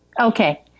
Okay